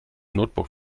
notebook